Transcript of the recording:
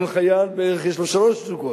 כל חייל בערך יש לו שלושה זוגות,